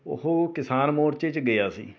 ਉਹ ਕਿਸਾਨ ਮੋਰਚੇ 'ਚ ਗਿਆ ਸੀ